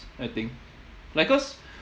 I think like cause